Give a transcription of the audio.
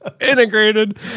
Integrated